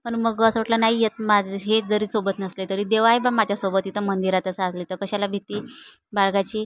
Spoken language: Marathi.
पण मग असं वाटलं नाही येत माझं हे जरी सोबत नसले तरी देव आहे बा माझ्यासोबत इथं मंदिरातच असले तर कशाला भीती बाळगायची